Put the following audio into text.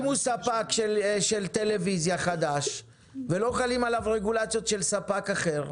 אם הוא ספק חדש של טלוויזיה ולא חלות עליו רגולציות של ספק אחר,